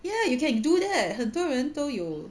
ya you can do that 很多人都有